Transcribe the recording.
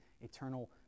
eternal